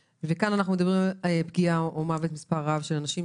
בהמשך אנחנו מדברים על פגיעה או מוות של מספר רב של אנשים,